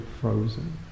frozen